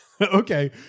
Okay